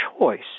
choice